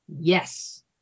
Yes